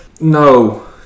No